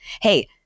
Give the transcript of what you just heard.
Hey